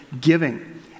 giving